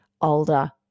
older